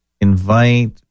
Invite